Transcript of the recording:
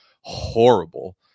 horrible